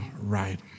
right